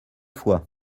fois